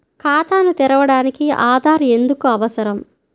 ఖాతాను తెరవడానికి ఆధార్ ఎందుకు అవసరం?